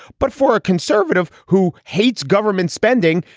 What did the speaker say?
but for a conservative who hates government spending,